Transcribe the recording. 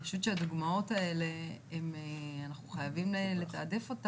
אני חושבת שהדוגמאות האלה, אנחנו חייבים לתעדף את